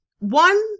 One